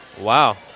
Wow